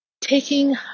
taking